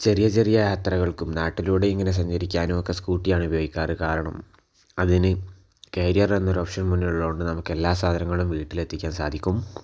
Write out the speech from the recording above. ചെറിയ ചെറിയ യാത്രകൾക്കും നാട്ടിലൂടെ ഇങ്ങനെ സഞ്ചരിക്കുവാനൊക്കെ സ്കൂട്ടിയാണ് ഉപയോഗിക്കാറ് കാരണം അതിന് ക്യാരിയർ എന്ന ഒരു ഓപ്ഷൻ മുന്നിലുള്ളതു കൊണ്ട് നമുക്ക് എല്ലാ സാധനങ്ങളും വീട്ടിലെത്തിക്കാൻ സാധിക്കും